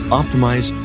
optimize